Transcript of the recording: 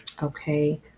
Okay